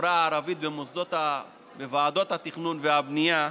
לחברה הערבית בוועדות התכנון והבנייה.